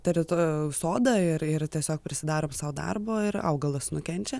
terito sodą ir ir tiesiog prisidarom sau darbo ir augalas nukenčia